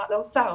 למשרד האוצר.